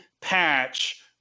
patch